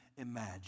imagine